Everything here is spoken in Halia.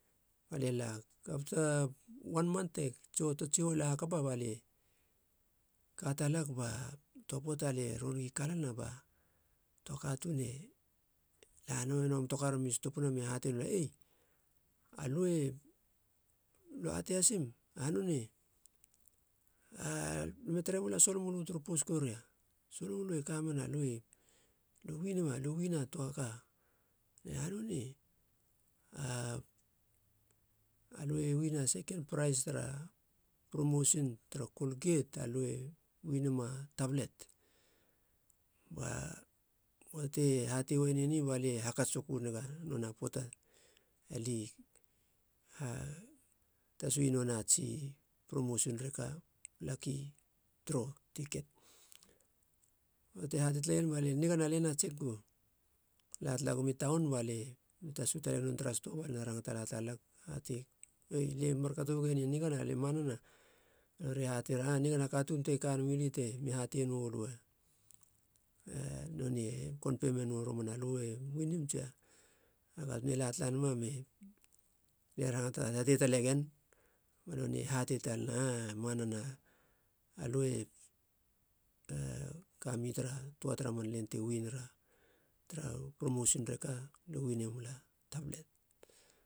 Balie lag. Apta wan mant toa tsiho e lahakapa balie ka talag. Balie ron gi kalana ba toa katuun e lamenama a motokar bemi stopina be hatei noulia ei alu e atei hasim? Alam tare mula solomölö turu poskoria, solomölö e kamena, lu uina töa ka ei, a hanonei? Lu uina sekon prais tara promosin tara kolget. Alöe uinima tablet. Ba poata ti hate uaiene ni ba lie hakats soku nega nonei a poata alie tasu nonei tsi promosin reka laki tro tiket. Poata te hatei talaien balia nigana, liena tsek gou. Latala gumi taun balie mi tasu talagi tara nonei a sto balia na rangata la tala, oi lia markato uageni nigana ne manana. Ba nori e hater, ah nigana, a katuun te ka nama ili temi hate nolö. Alö nonei konpene nou romana lue uinim tsia. Ba katuun e latala nama me rangata talana balie hate talegen ba nonei e hate talana. Ah e manana alue kama tara toa tara man len te uin lila tara promosin rekan lue uine mula tablet